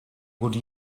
would